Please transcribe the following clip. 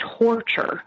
torture